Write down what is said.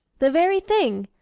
the very thing!